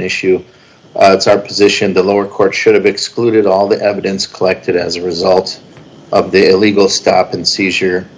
issue it's our position the lower court should have excluded all the evidence collected as a result of the illegal stop and seizure